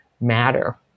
matter